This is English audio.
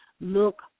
look